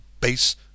base